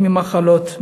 ממחלות,